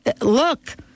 look